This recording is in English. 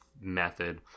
method